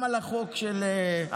גם על חוק המכר,